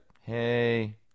hey